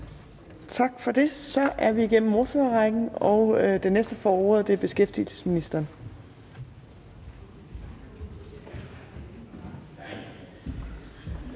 Tak for det. Så er vi igennem ordførerrækken. Den næste, der får ordet, er beskæftigelsesministeren.